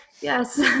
Yes